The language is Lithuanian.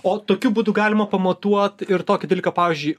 o tokiu būdu galima pamatuot ir tokį dalyką pavyzdžiui